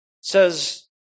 says